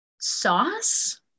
sauce